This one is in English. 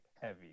heavy